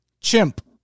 chimp